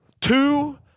two